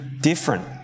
different